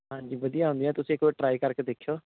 ਹਾਂਜੀ ਵਧੀਆ ਹੁੰਦੀਆਂ ਤੁਸੀਂ ਇਕ ਵਾਰ ਟਰਾਈ ਕਰਕੇ ਦੇਖਿਓ